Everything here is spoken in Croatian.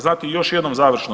Zato još jednom završno.